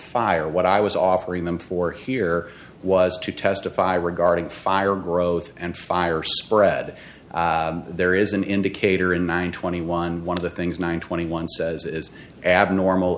fire what i was offering them for here was to testify regarding fire growth and fire spread there is an indicator in mine twenty one one of the things one twenty one says is abnormal